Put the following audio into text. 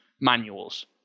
manuals